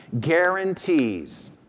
guarantees